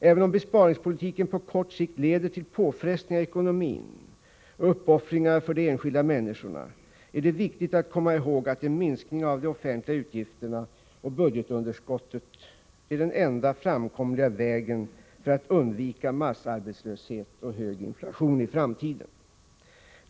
Även om besparingspolitiken på kort sikt leder till påfrestningar i ekonomin och uppoffringar för de enskilda människorna, är det viktigt att komma ihåg att en minskning av de offentliga utgifterna och budgetunderskottet är den enda framkomliga vägen för att undvika massarbetslöshet och hög inflation i framtiden.